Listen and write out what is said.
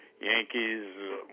Yankees